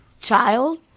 child